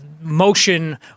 motion